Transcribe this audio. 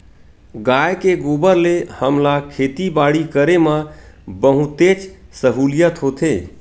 गाय के गोबर ले हमला खेती बाड़ी करे म बहुतेच सहूलियत होथे